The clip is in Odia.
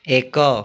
ଏକ